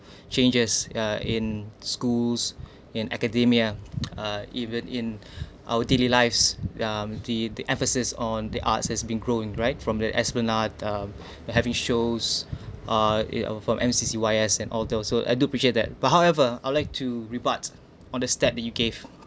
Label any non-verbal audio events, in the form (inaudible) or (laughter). (breath) changes uh in schools in academia (noise) uh even in (breath) our daily lives yeah the the emphasis on the arts has been growing right from the esplanade uh they having shows uh eh from M_C_C_Y_S and all those so I do appreciate that but however I'd like to rebut on the steps that you gave